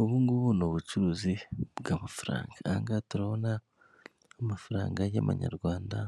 Ubu ngubu ni ubucuruzi bw'amafaranga. Ahangaha turabona amafaranga y'amanyarwanda,